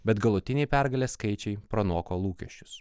bet galutiniai pergalės skaičiai pranoko lūkesčius